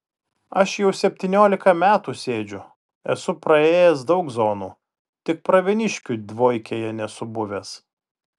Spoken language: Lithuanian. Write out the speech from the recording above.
aš jau septyniolika metų sėdžiu esu praėjęs daug zonų tik pravieniškių dvojkėje nesu buvęs